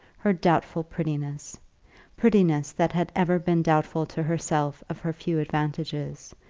her doubtful prettiness prettiness that had ever been doubtful to herself, of her few advantages,